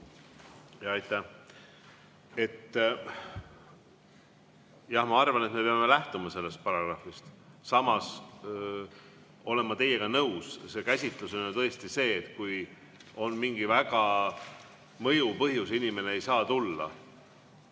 Jah, ma arvan, et me peame lähtuma sellest paragrahvist. Samas olen ma teiega nõus. See käsitus on tõesti selline, et kui on mingi väga mõjuv põhjus, inimene ei saa tulla.